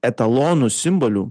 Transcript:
etalonu simboliu